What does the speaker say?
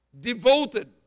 devoted